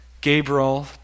Gabriel